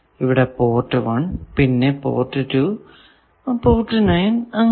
ഇവിടെ പോർട്ട് 1 പിന്നെ port 2 port 9 അങ്ങനെ